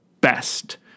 best